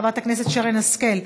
חברת הכנסת שרן השכל,